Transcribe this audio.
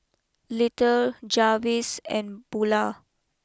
little Jarvis and Bula